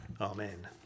Amen